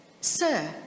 sir